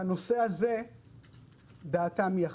בנושא הזה דעתם היא אחת.